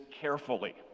carefully